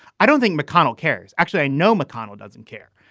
i don't think mcconnell cares. actually, i know mcconnell doesn't care.